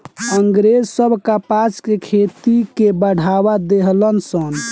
अँग्रेज सब कपास के खेती के बढ़ावा देहलन सन